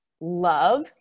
love